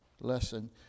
lesson